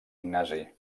ignasi